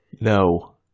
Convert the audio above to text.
No